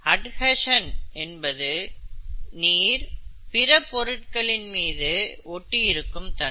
adhesion என்பது நீர் பிற பொருட்களின் மீது ஒட்டி இருக்கும் தன்மை